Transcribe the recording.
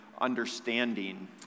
understanding